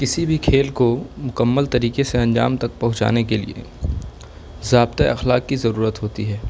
کسی بھی کھیل کو مکمل طریکے سے انجام تک پہنچانے کے لیے ضابطۂ اخلاک کی ضرورت ہوتی ہے